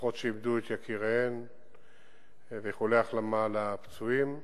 למשפחות שאיבדו את יקיריהן ואיחולי החלמה לפצועים.